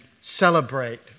celebrate